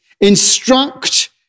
instruct